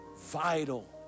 Vital